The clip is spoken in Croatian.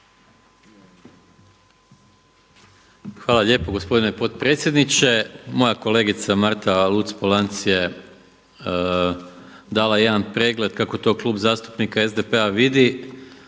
Hvala lijepo gospodine potpredsjedniče. Moja kolegica Marta Luc-Polanc je dala jedan pregleda kako tu Klub zastupnika SDP-a vidi,